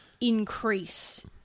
increase